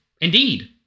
Indeed